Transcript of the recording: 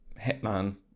Hitman